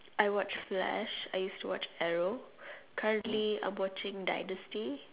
I watch flash I used to watch the arrow currently I watching dynasty